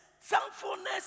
thankfulness